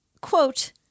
quote